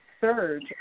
surge